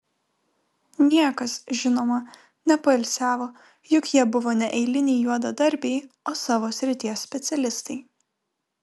niekas žinoma nepoilsiavo juk jie buvo ne eiliniai juodadarbiai o savo srities specialistai